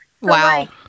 Wow